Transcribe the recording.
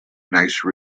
nice